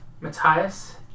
Matthias